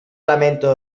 lamento